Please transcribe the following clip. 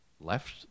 left